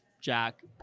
Jack